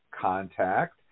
Contact